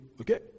okay